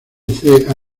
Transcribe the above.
representa